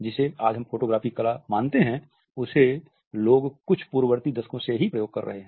जिसे आज हम फोटोग्राफी कला मानते हैं उसे लोग कुछ पूर्ववर्ती दशकों से ही प्रयोग कर रहे है